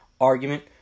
argument